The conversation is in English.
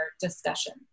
discussion